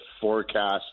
forecast